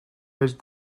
which